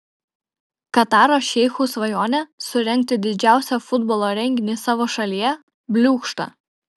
kataro šeichų svajonė surengti didžiausią futbolo renginį savo šalyje bliūkšta